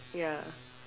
ya